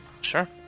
Sure